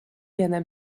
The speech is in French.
gagna